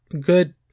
Good